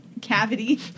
cavity